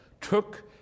took